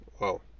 Wow